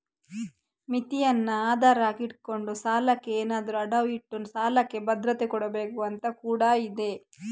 ಮಿತಿಯನ್ನ ಆಧಾರ ಆಗಿ ಇಟ್ಕೊಂಡು ಸಾಲಕ್ಕೆ ಏನಾದ್ರೂ ಅಡವು ಇಟ್ಟು ಸಾಲಕ್ಕೆ ಭದ್ರತೆ ಕೊಡ್ಬೇಕು ಅಂತ ಕೂಡಾ ಇದೆ